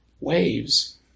waves